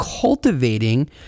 cultivating